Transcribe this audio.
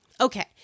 Okay